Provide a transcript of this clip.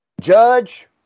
Judge